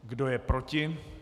Kdo je proti?